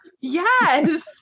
yes